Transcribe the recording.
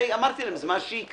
אמרת להם את מה שיקרה,